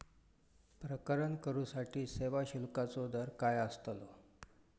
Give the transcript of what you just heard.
प्रकरण करूसाठी सेवा शुल्काचो दर काय अस्तलो?